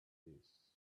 this